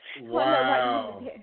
Wow